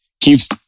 keeps